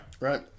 Right